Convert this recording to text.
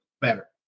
better